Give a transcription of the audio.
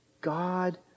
God